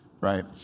right